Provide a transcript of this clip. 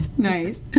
Nice